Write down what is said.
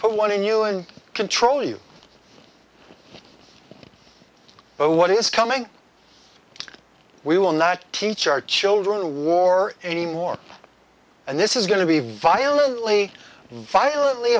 put one in you and control you but what is coming we will not teach our children war anymore and this is going to be violently violently